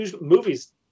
movies